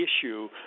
issue